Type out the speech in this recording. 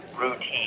routine